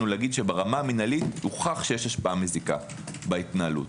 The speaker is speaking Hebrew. לומר שברמה המינהלית הוכח שיש השפעה מזיקה בהתנהלות.